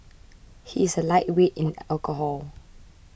he is a lightweight in alcohol